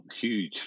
huge